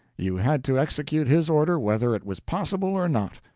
you had to execute his order whether it was possible or not.